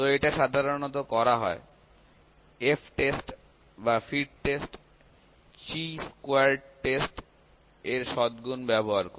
তো এটা সাধারণত করা হয় F টেস্ট বা fit test chi squared test এর সদগুন ব্যবহার করে